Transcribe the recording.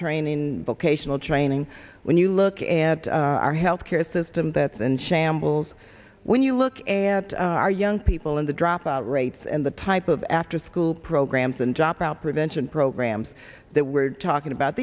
training vocational training when you look at our health care system that's in shambles when you look at our young people in the dropout rates and the type of afterschool programs and dropout prevention programs that we're talking about